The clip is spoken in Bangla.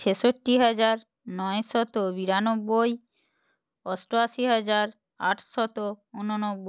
ছেষট্টি হাজার নয়শত বিরানব্বই অষ্টআশি হাজার আটশত ঊননব্বই